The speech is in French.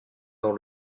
dans